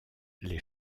les